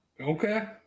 Okay